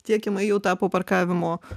tie kiemai jau tapo parkavimo